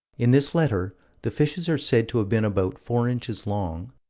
in this letter the fishes are said to have been about four inches long,